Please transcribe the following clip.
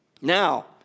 Now